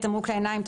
"תמרוק לעיניים",